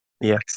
Yes